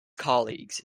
colleagues